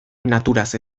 naturaz